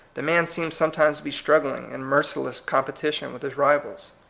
the man seems some times to be struggling in merciless compe tition with his rivals.